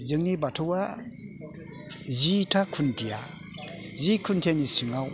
जोंनि बाथौआ जिथा खुन्थिया जि खुन्थियानि सिङाव